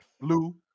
Blue